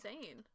insane